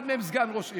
אחד מהם סגן ראש העיר.